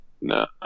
No